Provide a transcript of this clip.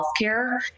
healthcare